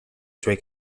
suoi